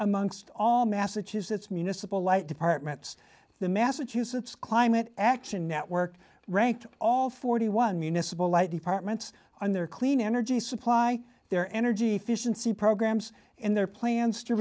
amongst all massachusetts municipal light departments the massachusetts climate action network ranked all forty one municipal light departments and their clean energy supply their energy efficiency programs and their plans to